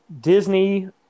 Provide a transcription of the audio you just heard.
Disney